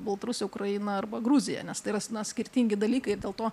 baltarusiją ukrainą arba gruziją nes tai yra skirtingi dalykai ir dėl to